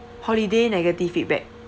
holiday negative feedback